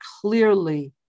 clearly